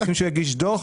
רוצים שהוא יגיש דוח?